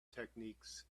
techniques